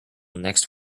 next